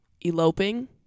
eloping